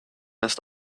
ist